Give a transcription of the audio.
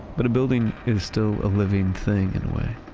but a building is still a living thing in a way.